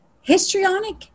Histrionic